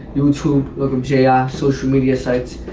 you too. welcome, jay. ah social media sites.